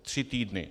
Tři týdny.